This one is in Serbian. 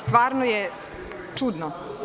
Stvarno je čudno.